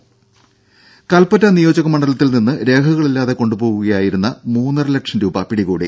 ദര കല്പറ്റ നിയോജക മണ്ഡലത്തിൽ നിന്ന് രേഖകളില്ലാതെ കൊണ്ടുപോവുകയായിരുന്ന മൂന്നര ലക്ഷം രൂപ പിടികൂടി